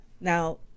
Now